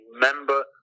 member